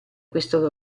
questo